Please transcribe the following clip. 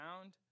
found